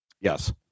Yes